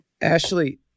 Ashley